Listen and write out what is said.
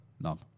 none